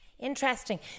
Interesting